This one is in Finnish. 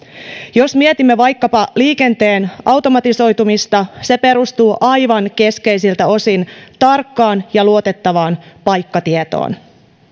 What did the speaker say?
jos mietimme vaikkapa liikenteen automatisoitumista se perustuu aivan keskeisiltä osin tarkkaan ja luotettavaan paikkatietoon